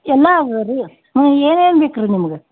ಎಲ್ಲ ಇದಾವ್ ರೀ ಹ್ಞೂ ಏನೇನು ಬೇಕು ರೀ ನಿಮ್ಗೆ